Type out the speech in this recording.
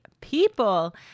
people